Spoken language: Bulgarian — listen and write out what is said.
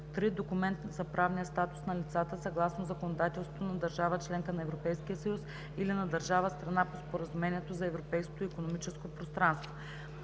3. документ за правния статус на лицата съгласно законодателството на държава – членка на Европейския съюз, или на държава – страна по Споразумението за Европейското икономическо пространство;